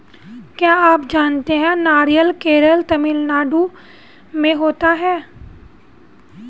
क्या आप जानते है नारियल केरल, तमिलनाडू में होता है?